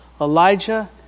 Elijah